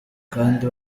kandi